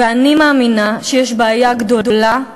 ואני מאמינה שיש בעיה גדולה,